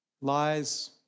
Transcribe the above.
lies